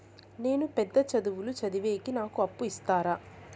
నేను పెద్ద చదువులు చదివేకి నాకు అప్పు ఇస్తారా